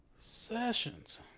Sessions